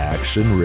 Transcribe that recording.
Action